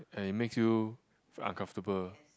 and it makes you uncomfortable